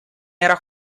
era